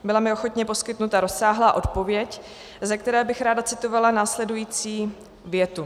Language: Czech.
Byla mi ochotně poskytnuta rozsáhlá odpověď, ze které bych ráda citovala následující větu.